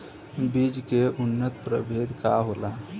बीज के उन्नत प्रभेद का होला?